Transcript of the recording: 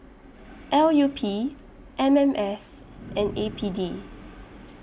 L U P M M S and A P D